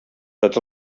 totes